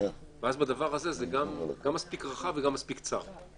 ואז בדבר הזה זה גם מספיק רחב וגם מספיק צר.